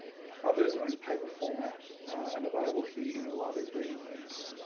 others are in paper format and available here in the library's reading rooms.